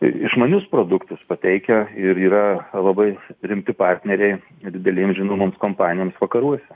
išmanius produktus pateikia ir yra labai rimti partneriai didelėm žinomoms kompanijoms vakaruose